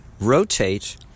rotate